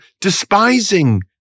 despising